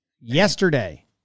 Yesterday